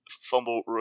fumble